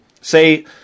say